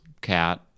cat